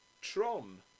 Tron